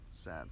Sad